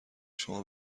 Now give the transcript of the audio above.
شما